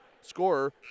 scorer